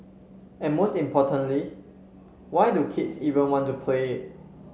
and most importantly why do kids even want to play it